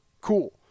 Cool